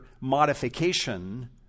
modification